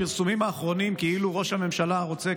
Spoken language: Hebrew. הפרסומים האחרונים כאילו ראש הממשלה רוצה,